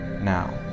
now